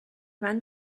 run